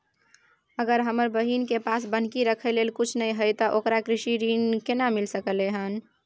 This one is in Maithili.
अगर हमर बहिन के पास बन्हकी रखय लेल कुछ नय हय त ओकरा कृषि ऋण केना मिल सकलय हन?